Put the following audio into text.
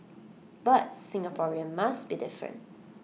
but Singapore must be different